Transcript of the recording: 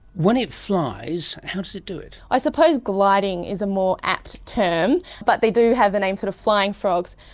when it flies, how does it do it? i suppose gliding is a more apt term, but they do have the name sort of flying frogs.